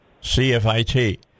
C-F-I-T